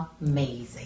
Amazing